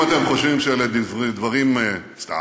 אם אתם חושבים שאלה דברים סתם,